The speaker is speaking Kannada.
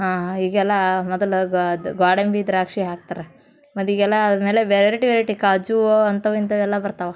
ಈಗೆಲ್ಲ ಮೊದಲು ಗೋಡಂಬಿ ದ್ರಾಕ್ಷಿ ಹಾಕ್ತಾರೆ ಮತ್ತು ಈಗೆಲ್ಲ ವೆರೈಟಿ ವೆರೈಟಿ ಕಾಜು ಅಂಥವು ಇಂಥವು ಎಲ್ಲ ಬರ್ತವೆ